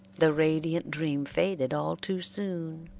the radiant dream faded all too soon.